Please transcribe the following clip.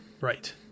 Right